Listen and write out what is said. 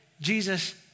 Jesus